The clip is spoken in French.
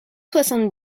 soixante